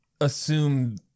assume